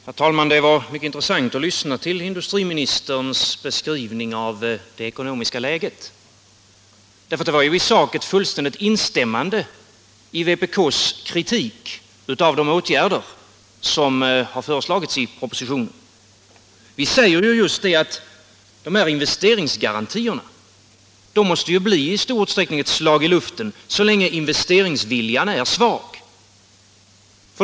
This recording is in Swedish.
Herr talman! Det var mycket intressant att lyssna till industriministerns beskrivning av det ekonomiska läget, därför att den i sak var ett fullständigt instämmande i vpk:s kritik av de åtgärder som har föreslagits i propositionen. Vi säger just det att investeringsgarantierna i stor utsträckning måste bli ett slag i luften, så länge investeringsviljan är svag.